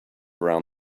around